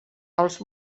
als